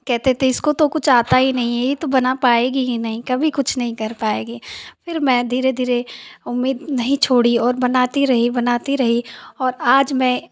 कहते थे इसको तो कुछ आता ही नहीं है ये तो बना पाएगी ही नहीं कभी कुछ नहीं कर पाएगी फिर मैं धीरे धीरे उम्मीद नहीं छोड़ी और बनाती रही बनाती रही और आज मैं